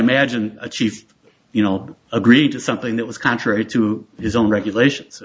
imagine a chief you know agreed to something that was contrary to his own regulations